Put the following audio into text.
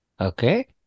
okay